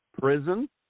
prison